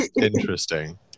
Interesting